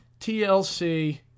tlc